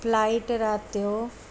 flight राति जो